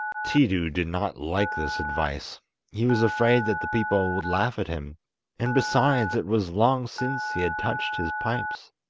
tiidu did not like this advice he was afraid that the people would laugh at him and, besides, it was long since he had touched his pipes